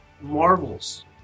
marvels